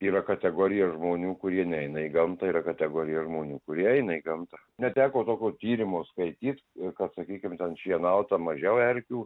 yra kategorija žmonių kurie neina į gamtą yra kategorija žmonių kurie eina į gamtą neteko tokio tyrimo skaityt ir kad sakykim ten šienauta mažiau erkių